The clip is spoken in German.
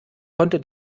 konnte